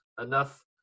enough